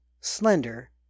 slender